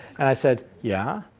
and i said yeah.